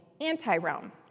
anti-Rome